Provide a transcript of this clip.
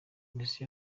polisi